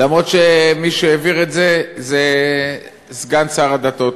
למרות שמי שהעביר את זה היה סגן שר הדתות,